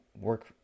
work